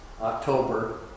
October